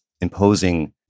imposing